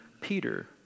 Peter